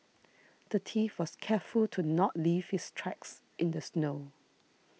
the thief was careful to not leave his tracks in the snow